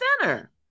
Center